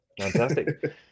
fantastic